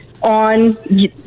on